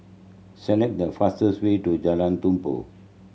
select the fastest way to Jalan Tumpu